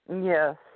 Yes